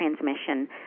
transmission